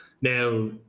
now